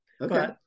okay